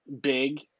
big